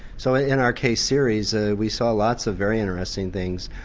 so ah in our case series ah we saw lots of very interesting things.